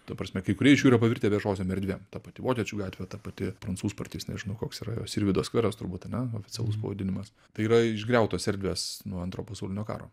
ta prasme kai kurie iš jų yra pavirtę viešosiom erdvėm ta pati vokiečių gatvė ta pati prancūzparkis nežinau koks yra sirvydo skveras turbūt ane oficialus pavadinimas tai yra išgriautos erdvės nuo antro pasaulinio karo